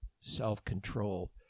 self-control